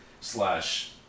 slash